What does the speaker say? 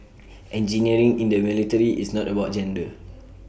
engineering in the military is not about gender